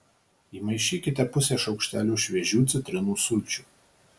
įmaišykite pusę šaukštelio šviežių citrinų sulčių